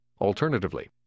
Alternatively